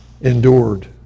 endured